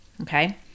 Okay